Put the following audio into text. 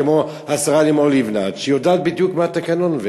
כמו השרה לימור לבנת שיודעת בדיוק מה התקנון.